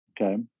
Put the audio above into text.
Okay